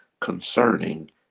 concerning